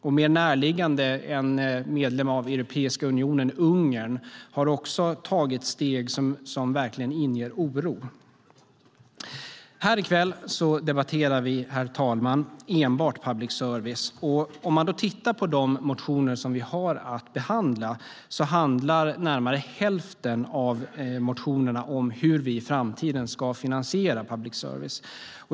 Och en mer närliggande medlem av Europeiska unionen, Ungern, har också tagit steg som verkligen inger oro. Här i kväll debatterar vi, herr talman, enbart public service. Av de motioner som vi har att behandla handlar över hälften om hur vi i framtiden ska finansiera public service.